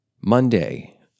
Monday